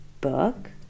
book